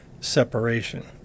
separation